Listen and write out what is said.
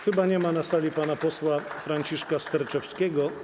Chyba nie ma na sali pana posła Franciszka Sterczewskiego.